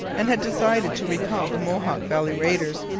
and had decided to recall the mohawk valley raiders.